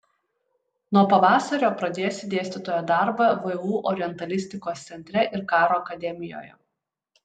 nuo pavasario pradėsi dėstytojo darbą vu orientalistikos centre ir karo akademijoje